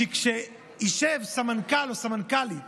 כשישב סמנכ"ל או סמנכ"לית